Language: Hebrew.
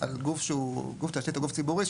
על גוף שהוא, גוף תשתית או גוף ציבורי,